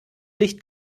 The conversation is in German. licht